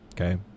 Okay